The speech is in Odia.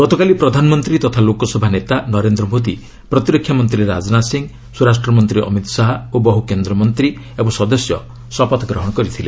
ଗତକାଲି ପ୍ରଧାନମନ୍ତ୍ରୀ ତଥା ଲୋକସଭା ନେତା ନରେନ୍ଦ୍ର ମୋଦି ପ୍ରତିରକ୍ଷା ମନ୍ତ୍ରୀ ରାଜନାଥ ସିଂ ସ୍ୱରାଷ୍ଟ୍ର ମନ୍ତ୍ରୀ ଅମିତ୍ ଶାହା ଓ ବହ୍ର କେନ୍ଦ୍ରମନ୍ତ୍ରୀ ଏବଂ ସଦସ୍ୟ ଶପଥ ଗ୍ରହଣ କରିଥିଲେ